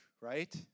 right